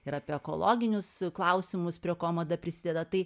ir apie ekologinius klausimus prie ko mada prisideda tai